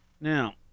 Now